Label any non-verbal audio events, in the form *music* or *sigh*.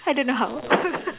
I don't know how *laughs*